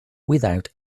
without